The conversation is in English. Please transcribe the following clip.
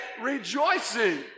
rejoicing